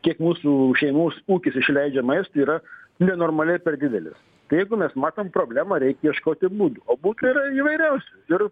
kiek mūsų šeimos ūkis išleidžia maistui yra nenormaliai per didelis jeigu mes matom problemą reik ieškoti būdų o būdų yra įvairiausių ir